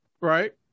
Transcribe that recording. Right